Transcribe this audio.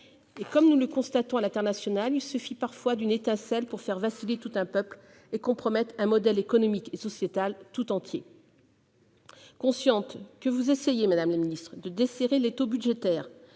Et comme nous le constatons à l'étranger, il suffit parfois d'une étincelle pour faire vaciller tout un peuple et compromettre un modèle économique et sociétal tout entier. Je suis consciente que vous essayez, madame la ministre, de desserrer l'étau budgétaire